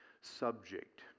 subject